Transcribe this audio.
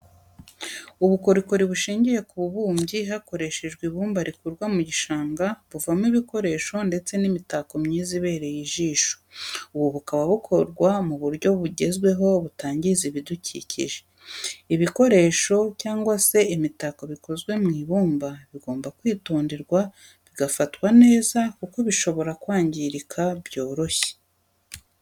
Ubukorikori bushingiye ku bubumbyi hakoreshejwe ibumba rikurwa mu gishanga buvamo ibikoresho ndetse n'imitako myiza ibereye ijisho, ubu bukaba bukorwa mu buryo bugezweho butangiza ibidukikije, ibikoresho cyangwa se imitako bikozwe mu ibumba bigomba kwitonderwa bigafatwa neza kuko bishobora kwangirika byoroshye.